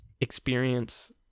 experience